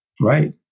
right